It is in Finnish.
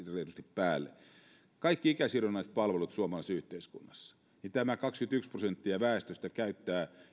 päälle ja kaikista ikäsidonnaisista palveluista suomalaisessa yhteiskunnassa tämä kaksikymmentäyksi prosenttia väestöstä käyttää